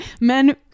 men